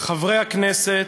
וחברי הכנסת,